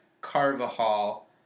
Carvajal